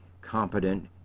competent